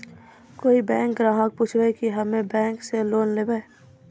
कोई बैंक ग्राहक पुछेब की हम्मे बैंक से लोन लेबऽ?